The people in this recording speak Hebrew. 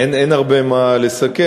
אין הרבה מה לסכם.